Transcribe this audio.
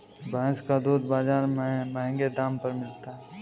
भैंस का दूध बाजार में महँगे दाम पर मिलता है